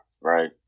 Right